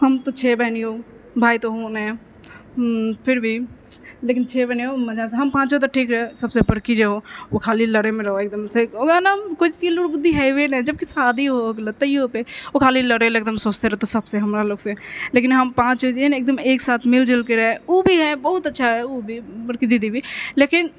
हम तऽ छओ बहिन हियौ भाइ तऽ हौ नहि फिरभी लेकिन छओ बहिन हियौ हम पाँचो तऽ ठीक सबसँ बड़की जे हौ ओ खाली लड़ेमे रहौ एकदमसँ ओकराने किछु सील आओर बुद्धि हेबे नहि जबकि शादी हो गेलौ तैयो ओ खाली लड़े लए सोचते रहतौ सबसँ हमरालोगसँ लेकिन हम पाँच जे है ने एकदम एक साथ मिलिजुलि कऽ रहै ओ भी है बहुत अच्छा ओ भी बड़की दीदी भी लेकिन